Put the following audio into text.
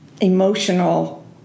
emotional